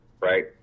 right